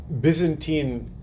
Byzantine